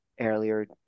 earlier